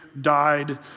died